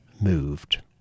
moved